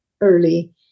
early